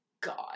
god